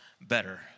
better